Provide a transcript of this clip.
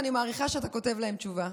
אני מעריכה את זה שאתה כותב להם תשובה,